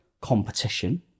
competition